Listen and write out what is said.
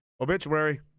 Obituary